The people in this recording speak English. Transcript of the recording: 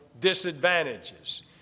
disadvantages